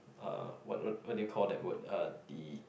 uh what what what do you call that word uh the